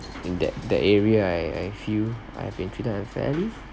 in that that area I I feel I have been treated unfairly